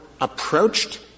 approached